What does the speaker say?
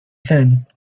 thin